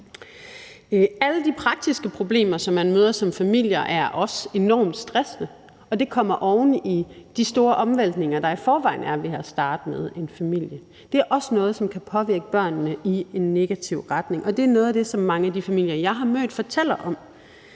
Alle de praktiske problemer, man møder som familie, er også enormt stressende, og de kommer oven i de store omvæltninger, der i forvejen er ved at starte en familie. Det er også noget, som kan påvirke børnene i en negativ retning, og det er noget af det, som mange af de familier, jeg har mødt, fortæller om.